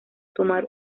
tomar